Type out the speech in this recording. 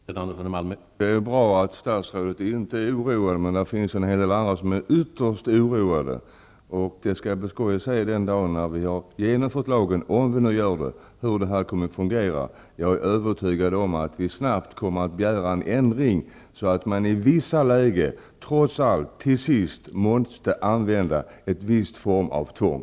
Herr talman! Det är bra att statsrådet inte är oroad, men en hel del andra är ytterst oroade. Den dag vi har genomfört lagen -- om vi nu gör det -- skall det bli spännande att se hur det här kommer att fungera. Jag är övertygad om att vi snabbt kommmer att begära en ändring, så att man i vissa lägen trots allt kan använda ett visst tvång.